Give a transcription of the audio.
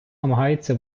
намагається